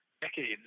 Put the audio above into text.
decades